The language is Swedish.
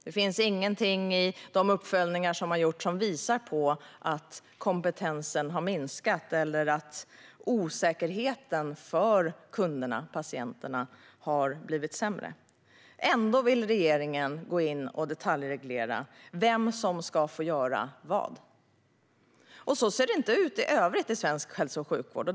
Det finns ingenting i de uppföljningar som har gjorts som visar på att kompetensen har minskat eller att osäkerheten för kunderna och patienterna har blivit sämre. Ändå vill regeringen gå in och detaljreglera vem som ska få göra vad. Så ser det inte ut i övrigt i svensk hälso och sjukvård.